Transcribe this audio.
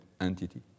entity